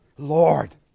Lord